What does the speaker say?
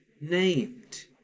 named